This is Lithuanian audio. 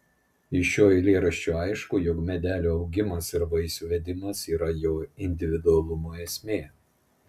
iš šio eilėraščio aišku jog medelio augimas ir vaisių vedimas yra jo individualumo esmė